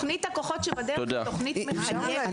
התוכנית הכוחות שבדרך היא תוכנית --- אנחנו